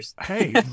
Hey